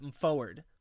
forward